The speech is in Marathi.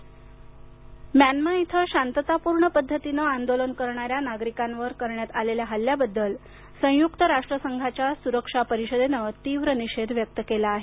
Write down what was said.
म्यानमा म्यानमा इथं शांततापूर्ण पद्धतीनं आंदोलन करणाऱ्या नागरिकांवर करण्यात आलेल्या हल्ल्याबद्दल संयुक्त राष्ट्र संघाच्या सुरक्षा परिषदेनं तीव्र निषेध व्यक्त केला आहे